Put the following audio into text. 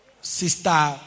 Sister